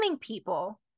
people